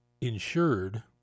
insured